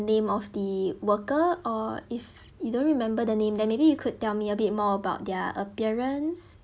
the name of the worker or if you don't remember the name then maybe you could tell me a bit more about their appearance